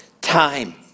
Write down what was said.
time